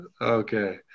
Okay